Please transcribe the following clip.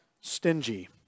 stingy